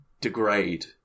degrade